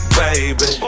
baby